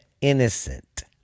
innocent